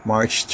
March